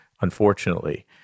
unfortunately